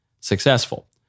successful